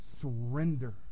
surrender